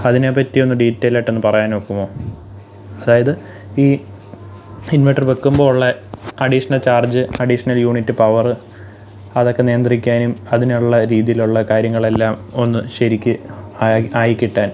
അതിനെപ്പറ്റി ഒന്ന് ഡീറ്റേലായിട്ടൊന്ന് പറയാൻ ഒക്കുമോ അതായത് ഈ ഇൻവേട്ടറ് വെക്കുമ്പോൾ ഉള്ള additional charge additional unit power അതൊക്കെ നിയന്ത്രിക്കാനും അതിനുള്ള രീതീലുള്ള കാര്യങ്ങളെല്ലാം ഒന്ന് ശരിക്ക് ആയി ആയിക്കിട്ടാൻ